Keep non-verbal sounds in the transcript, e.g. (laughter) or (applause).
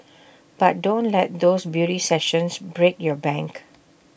(noise) but don't let those beauty sessions break your bank